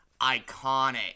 iconic